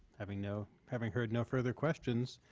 having no having heard no further questions